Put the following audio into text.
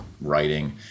writing